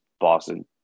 Boston